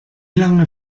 lange